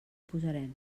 posarem